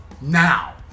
Now